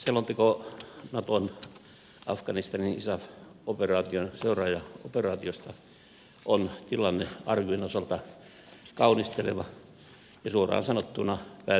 selonteko naton isaf operaation seuraajaoperaatiosta afganistanissa on tilannearvion osalta kaunisteleva ja suoraan sanottuna päätöksentekoa ohjaava